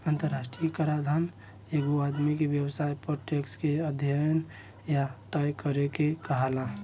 अंतरराष्ट्रीय कराधान एगो आदमी के व्यवसाय पर टैक्स के अध्यन या तय करे के कहाला